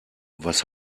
was